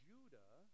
Judah